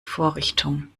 vorrichtung